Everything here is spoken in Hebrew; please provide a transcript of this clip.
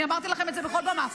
אני אמרתי לכם את זה בכל במה.